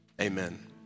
Amen